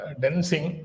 dancing